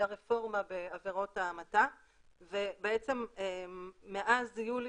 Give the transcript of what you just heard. הייתה רפורמה בעבירות ההמתה ומאז יולי